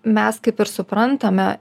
mes kaip ir suprantame